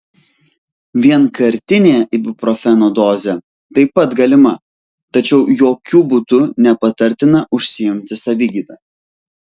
vienkartinė ibuprofeno dozė taip pat galima tačiau jokiu būdu nepatartina užsiimti savigyda